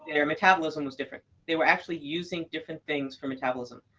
their metabolism was different. they were actually using different things for metabolism.